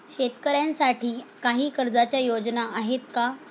शेतकऱ्यांसाठी काही कर्जाच्या योजना आहेत का?